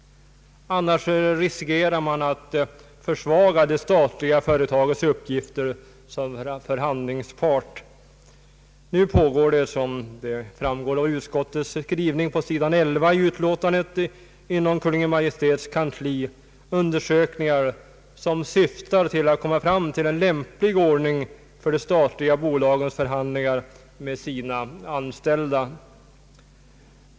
Annars riskerar man att försvaga de statliga företagens ställning som förhandlingsparter. Nu pågår, såsom framgår av statsutskottets skrivning på s. 11 i utlåtandet nr 168 inom Kungl. Maj:ts kansli, undersökningar som syftar till att komma fram till en lämplig ordning för de statliga bolagens förhandlingar med de anställda.